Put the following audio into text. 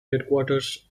headquarters